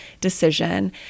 decision